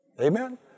Amen